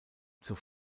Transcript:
zur